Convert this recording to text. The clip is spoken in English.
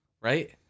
right